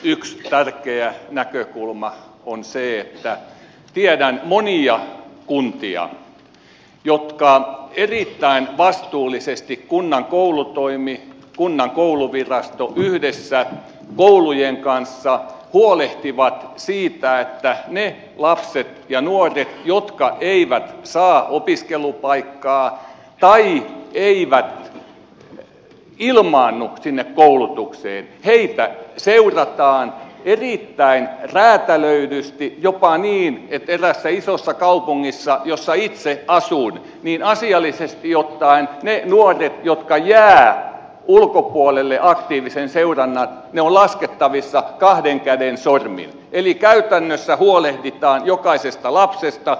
yksi tärkeä näkökulma on se että tiedän monia kuntia jotka erittäin vastuullisesti kunnan koulutoimi kunnan kouluvirasto yhdessä koulujen kanssa huolehtivat siitä että niitä lapsia ja nuoria jotka eivät saa opiskelupaikkaa tai eivät ilmaannu sinne koulutukseen seurataan erittäin räätälöidysti jopa niin että eräässä isossa kaupungissa jossa itse asun asiallisesti ottaen ne nuoret jotka jäävät aktiivisen seurannan ulkopuolelle ovat laskettavissa kahden käden sormin eli käytännössä huolehditaan jokaisesta lapsesta